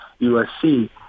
USC